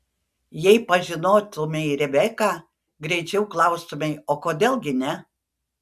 jei pažinotumei rebeką greičiau klaustumei o kodėl gi ne